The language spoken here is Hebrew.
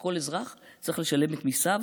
וכל אזרח צריך לשלם את מיסיו